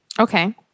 Okay